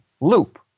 loop